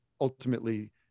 ultimately